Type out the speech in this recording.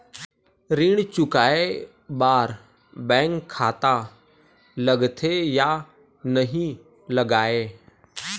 ऋण चुकाए बार बैंक खाता लगथे या नहीं लगाए?